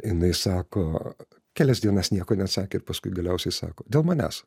jinai sako kelias dienas nieko neatsakė paskui galiausiai sako dėl manęs